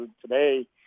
Today